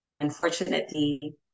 unfortunately